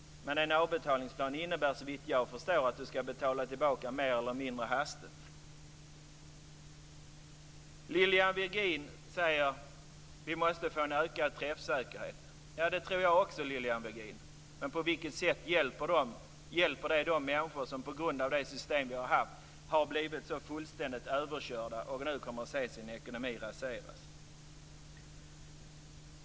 Men en avbetalningsplan innebär, såvitt jag förstår, att man skall betala tillbaka mer eller mindre hastigt. Lilian Virgin säger att vi måste få en ökad träffsäkerhet. Ja, det tror jag också, Lilian Virgin! Men på vilket sätt hjälper det de människor som på grund av det system som vi haft nu har blivit fullständigt överkörda och som nu kommer att se sin ekonomi raseras?